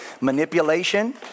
manipulation